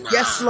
Yes